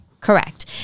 Correct